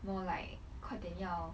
more like 快点要